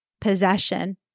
possession